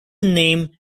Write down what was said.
name